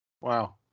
Wow